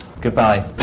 Goodbye